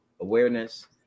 awareness